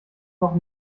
noch